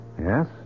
Yes